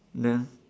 then